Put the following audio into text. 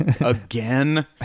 again